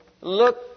look